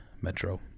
metro